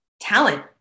talent